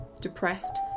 depressed